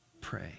Pray